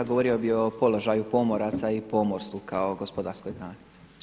Govorio bih o položaju pomoraca i pomorstvu kao gospodarskoj grani.